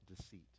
deceit